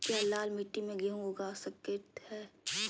क्या लाल मिट्टी में गेंहु उगा स्केट है?